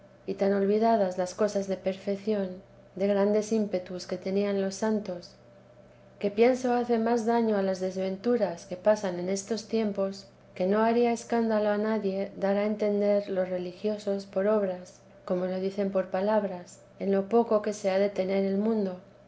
y tan olvidadas las cosas de perfección de grandes ímpetus que tenían los santos que pienso hace más daño a las desventuras que pasan en estos tiempos que no haría escándalo a nadie dar a entender los religiosos por obras como lo dicen por palabras en lo poco que se ha de tener el mundo